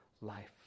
life